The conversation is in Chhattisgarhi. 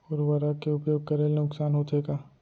उर्वरक के उपयोग करे ले नुकसान होथे का?